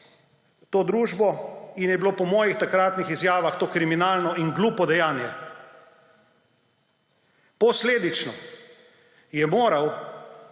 to družbo in je bilo po mojih takratnih izjavah to kriminalno in glupo dejanje. Posledično so morala